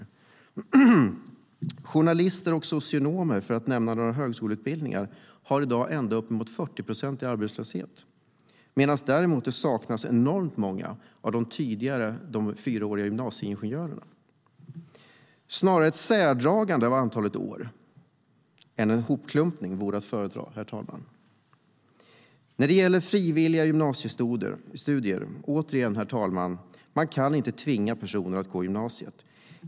För journalister och socionomer, för att nämna några högskoleutbildningar, är arbetslösheten i dag uppemot 40 procent, medan det saknas enormt många av de tidigare gymnasieingenjörerna från fyraårigt program. Ett särdragande av antalet år snarare än en hopklumpning vore att föredra, herr talman. Herr talman! Gymnasiestudierna är frivilliga. Man kan inte tvinga personer att gå gymnasiet.